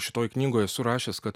šitoj knygoj surašęs kad